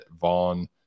Vaughn